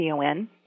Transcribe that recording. CON